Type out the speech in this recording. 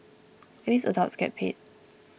at least adults get paid